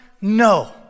no